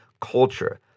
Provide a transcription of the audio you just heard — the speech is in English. culture